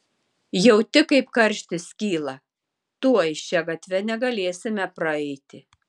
jauti kaip karštis kyla tuoj šia gatve negalėsime praeiti